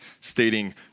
stating